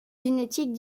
génétiques